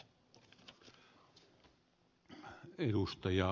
herra puhemies